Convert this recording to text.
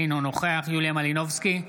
אינו נוכח יוליה מלינובסקי,